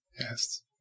yes